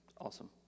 Awesome